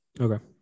Okay